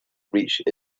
reached